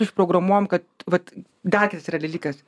užprogramuojam kad vat dar kitas yra dalykas